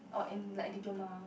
oh in like diploma